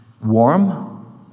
warm